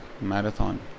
marathon